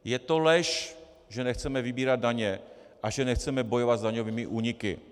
Je to lež, že nechceme vybírat daně a že nechceme bojovat s daňovými úniky.